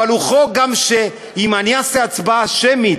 אבל הוא חוק שאם אני אעשה הצבעה שמית,